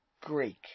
Greek